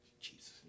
Jesus